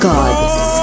Gods